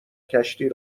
کشتی